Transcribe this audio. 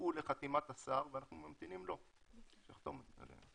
הובאו לחתימת השר ואנחנו ממתינים לו שיחתום עליהן.